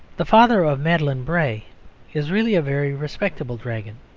the father of madeline bray is really a very respectable dragon.